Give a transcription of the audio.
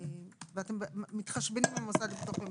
ואתם מתחשבנים עם המוסד לביטוח לאומי.